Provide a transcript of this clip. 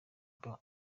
bas